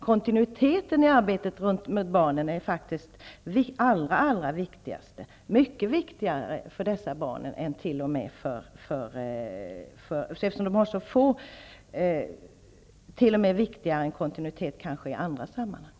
Kontinuiteten i arbetet med barnen är faktiskt det allra viktigaste, viktigare t.o.m. än kontinuitet i andra sammanhang.